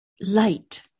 Light